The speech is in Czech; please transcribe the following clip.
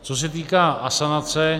Co se týká asanace.